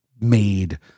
made